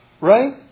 Right